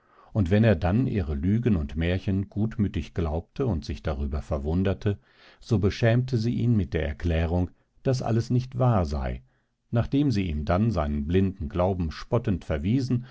und wenn er dann ihre lügen und märchen gutmütig glaubte und sich darüber verwunderte so beschämte sie ihn mit der erklärung daß alles nicht wahr sei nachdem sie ihm dann seinen blinden glauben spottend verwiesen